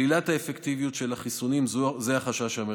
שלילת האפקטיביות של החיסונים, זה החשש המרכזי.